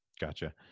Gotcha